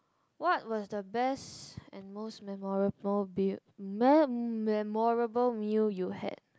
what was the best and most memorable bill memorable meal you had